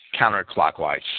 counterclockwise